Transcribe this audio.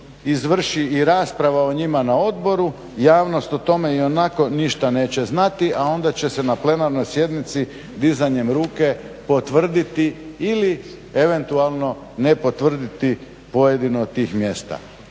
izvrši i rasprava o njima na odboru. Javnost o tome ionako ništa neće znati, a onda će se na plenarnoj sjednici dizanjem ruke potvrditi ili eventualno ne potvrditi pojedino od tih mjesta.